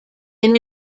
win